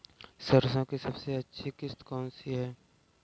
सरसो की सबसे अच्छी किश्त कौन सी है?